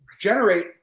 generate